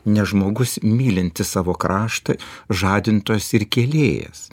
nes žmogus mylintis savo kraštą žadintojas ir kėlėjas